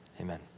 Amen